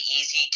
easy